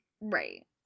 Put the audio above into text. Right